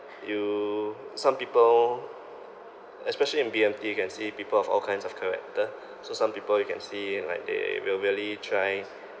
you some people especially in B_M_T you can see people of all kinds of character so some people you can see like they will really try